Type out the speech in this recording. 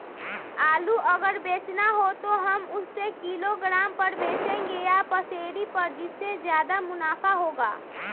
आलू अगर बेचना हो तो हम उससे किलोग्राम पर बचेंगे या पसेरी पर जिससे ज्यादा मुनाफा होगा?